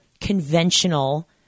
conventional